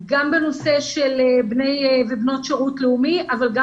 גם בנושא של בני ובנות שירות לאומי אבל גם